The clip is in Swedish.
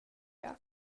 jag